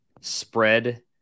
spread